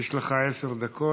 יש לך עשר דקות.